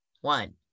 One